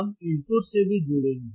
हम इनपुट से भी जुड़ेंगे